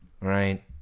right